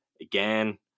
again